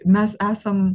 mes esam